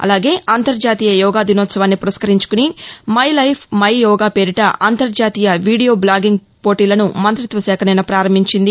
అలాగే అంతర్జాతీయ యోగా దినోత్సవాన్ని పురస్కరించుకుని మై లైఫ్ మై యోగా పేరిట అంతర్జాతీయ వీడియో బ్లాగింగ్ పోటీలను మంత్రిత్వ శాఖ నిన్న పారంభించింది